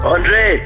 Andre